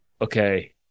Okay